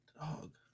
dog